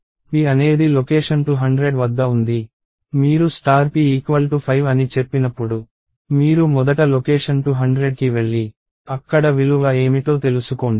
p అనేది location 200 వద్ద ఉంది మీరు p 5 అని చెప్పినప్పుడు మీరు మొదట లొకేషన్ 200కి వెళ్లి అక్కడ విలువ ఏమిటో తెలుసుకోండి